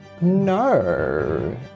No